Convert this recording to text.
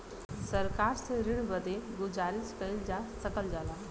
सरकार से ऋण बदे गुजारिस कइल जा सकल जाला